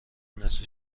نصفه